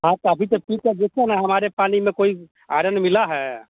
हाँ तो अभी तो ठीक है देखिए न हमारे पानी में कोई आयरन मिला है